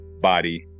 body